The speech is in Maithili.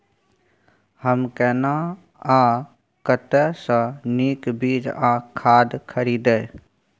हम केना आ कतय स नीक बीज आ खाद खरीदे?